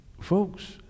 Folks